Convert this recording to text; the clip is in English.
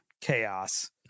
chaos